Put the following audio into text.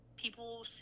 people